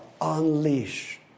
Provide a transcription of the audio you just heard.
unleash